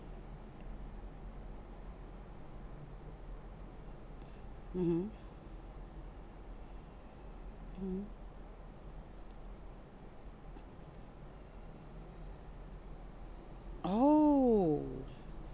mmhmm mmhmm oh